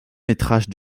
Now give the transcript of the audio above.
métrage